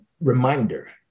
reminder